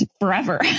forever